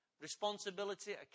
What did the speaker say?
responsibility